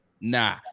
nah